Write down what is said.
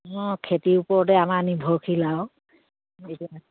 অঁ খেতিৰ ওপৰতে আমাৰ নিৰ্ভৰশীল আৰু